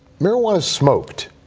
marijuana, smoked,